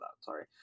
sorry